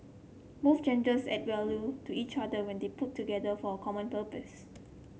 both genders add value to each other when they put together for a common purpose